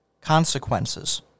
consequences